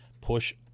push